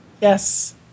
Yes